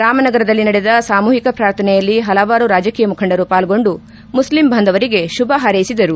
ರಾಮನಗರದಲ್ಲಿ ನಡೆದ ಸಾಮೂಹಿಕ ಪ್ರಾರ್ಥನೆಯಲ್ಲಿ ಹಲವಾರು ರಾಜಕೀಯ ಮುಖಂಡರು ಪಾಲ್ಗೊಂಡು ಮುಸ್ಲಿಂ ಬಾಂಧವರಿಗೆ ಶುಭ ಹಾರ್ೈಸಿದರು